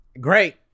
Great